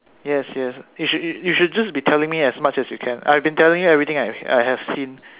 yes yes you should you should just be telling me as much as you can I've been telling you everything I have seen